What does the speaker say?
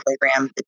program